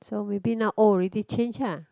so maybe now old already change ah